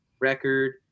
record